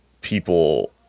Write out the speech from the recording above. people